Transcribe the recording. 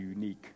unique